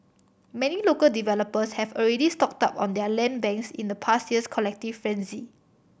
many local developers have already stocked up on their land banks in the past year's collective frenzy